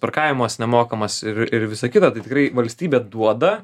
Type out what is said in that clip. parkavimas nemokamas ir ir visa kita tai tikrai valstybė duoda